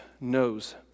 knows